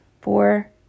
four